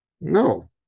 no